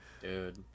Dude